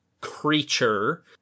creature